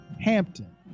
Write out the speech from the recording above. Hampton